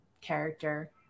character